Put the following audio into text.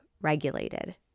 regulated